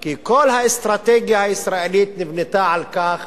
כי כל האסטרטגיה הישראלית נבנתה על כך